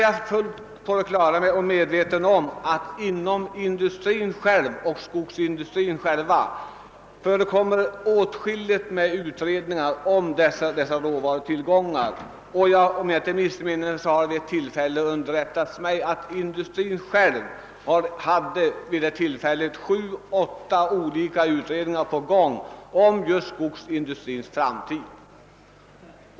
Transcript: Jag är medveten om att skogsindustrin själv gör åtskilligt med utredningar om råvarutillgångarna. Vid ett tillfälle underrättades jag om att industrin själv hade — om jag inte missminner mig — sju eller åtta utredningar på gång om just skogsindustrins framtid.